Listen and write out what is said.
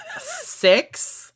six